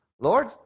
Lord